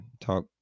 talk